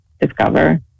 discover